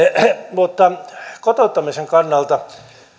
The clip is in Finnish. mutta kotouttamisen kannalta